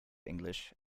english